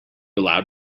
allowed